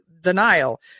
denial